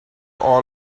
all